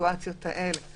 לסיטואציות האלה.